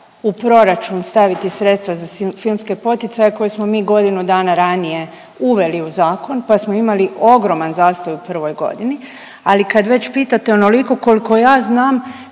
u proračun staviti sredstva za filmske poticaje koje smo mi godinu dana ranije uveli u zakon, pa smo imali ogroman zastoj u prvoj godini. Ali kad već pitate onoliko koliko ja znam